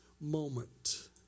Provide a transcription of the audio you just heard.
moment